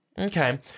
okay